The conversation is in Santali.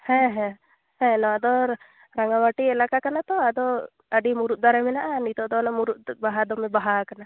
ᱦᱮᱸ ᱦᱮᱸ ᱦᱮᱸ ᱱᱚᱣᱟ ᱫᱚ ᱨᱟᱜᱟ ᱢᱟᱹᱴᱤ ᱮᱞᱟᱠᱟ ᱠᱟᱱᱟ ᱛᱳ ᱟᱫᱚ ᱟᱹᱰᱤ ᱢᱩᱨᱩᱫ ᱫᱟᱨᱮ ᱢᱮᱱᱟᱜᱼᱟ ᱱᱤᱛᱳᱜ ᱫᱚ ᱚᱱᱟ ᱢᱩᱨᱩᱫ ᱵᱟᱦᱟ ᱫᱚᱢᱮ ᱵᱟᱦᱟ ᱟᱠᱟᱱᱟ